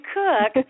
cook